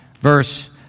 verse